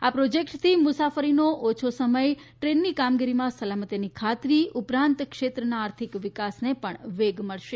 આ પ્રોજેક્ટથી મુસાફરીનો ઓછો સમય ટ્રેનની કામગીરીમાં સલામતીની ખાતરી ઉપરાંત ક્ષેત્રના આર્થિક વિકાસને પણ વેગ મળશે